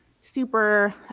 super